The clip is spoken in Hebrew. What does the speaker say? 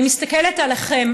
אני מסתכלת עליכם,